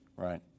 Right